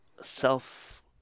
self